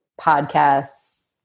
podcasts